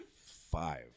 five